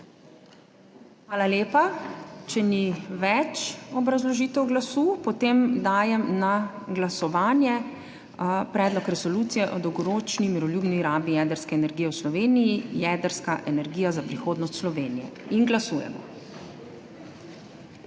Hvala lepa. Če ni več obrazložitev glasu, dajem na glasovanje Predlog resolucije o dolgoročni miroljubni rabi jedrske energije v Sloveniji »Jedrska energija za prihodnost Slovenije«. Glasujemo.